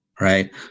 right